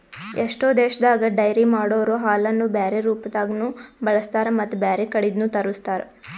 ಎಷ್ಟೋ ದೇಶದಾಗ ಡೈರಿ ಮಾಡೊರೊ ಹಾಲನ್ನು ಬ್ಯಾರೆ ರೂಪದಾಗನೂ ಬಳಸ್ತಾರ ಮತ್ತ್ ಬ್ಯಾರೆ ಕಡಿದ್ನು ತರುಸ್ತಾರ್